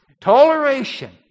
Toleration